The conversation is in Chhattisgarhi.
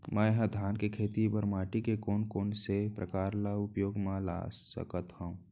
मै ह धान के खेती बर माटी के कोन कोन से प्रकार ला उपयोग मा ला सकत हव?